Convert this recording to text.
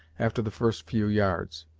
after the first few yards.